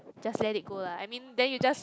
just let it go lah I mean then you just